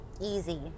easy